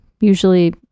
usually